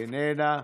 איננה,